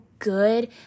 good